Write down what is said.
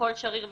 הכל שריר וקיים.